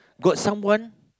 got someone